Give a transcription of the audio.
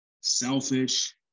selfish